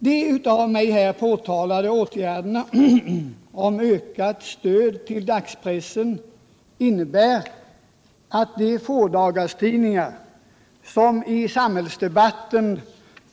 De av mig här nämnda åtgärderna för ökat stöd till dagspressen innebär hällssyn blir mycket starkt missgynnade.